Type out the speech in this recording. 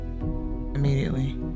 immediately